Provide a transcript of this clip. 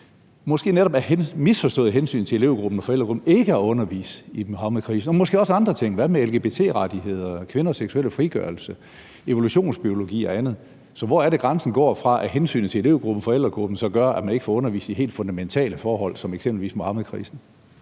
måske af netop misforstået hensyn til elevgruppen og forældregruppen ikke at undervise i Muhammedkrisen – og måske også andre ting? Hvad med lgbt-rettigheder, kvinders seksuelle frigørelse, evolutionsbiologi og andet? Så hvor er det, grænsen går, fra at hensynet til elevgruppen og forældregruppen gør, at man ikke får undervist i helt fundamentale forhold som eksempelvis Muhammedkrisen?